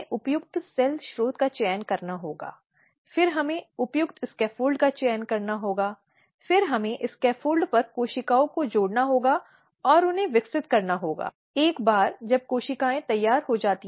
अगले चरण में जिसे हम सम्बोधित करते हैं या जो कई परिस्थितियों में पसंद किया जाता है वह शिकायत के संबंध में प्रारंभिक जांच है